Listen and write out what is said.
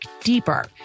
deeper